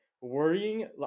worrying